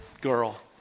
girl